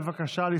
בבקשה.